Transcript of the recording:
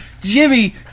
Jimmy